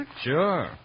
Sure